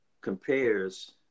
compares